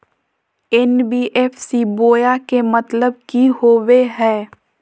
NBFC बोया के मतलब कि होवे हय?